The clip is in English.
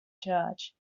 charge